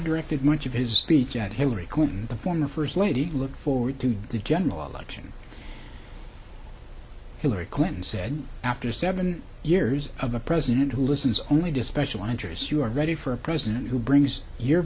directed much of his speech at hillary clinton the former first lady look forward to the general election hillary clinton said after seven years of a president who listens only to special interests you're ready for a president who brings your